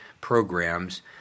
Programs